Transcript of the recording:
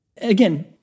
Again